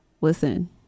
listen